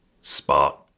Spot